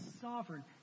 sovereign